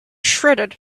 shredded